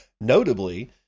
Notably